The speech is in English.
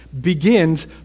begins